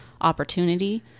opportunity